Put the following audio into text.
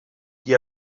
qui